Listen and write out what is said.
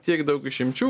tiek daug išimčių